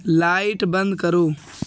light بند کرو